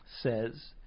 says